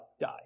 die